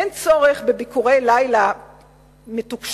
אין צורך בביקורי לילה מתוקשרים.